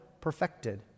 perfected